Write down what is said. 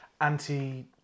anti